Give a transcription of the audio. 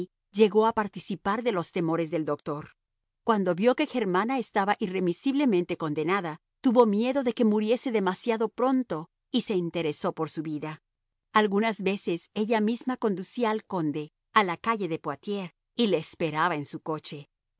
llegó a participar de los temores del doctor cuando vio que germana estaba irremisiblemente condenada tuvo miedo de que muriese demasiado pronto y se interesó por su vida algunas veces ella misma conducía al conde a la calle de poitiers y le esperaba en su coche